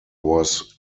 was